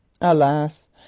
alas